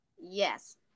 Yes